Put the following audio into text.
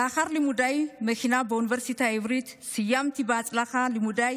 לאחר לימודי מכינה באוניברסיטה העברית סיימתי בהצלחה לימודי